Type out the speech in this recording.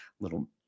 Little